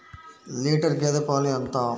Litre గేదె పాలు ఎంత?